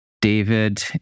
David